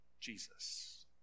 Jesus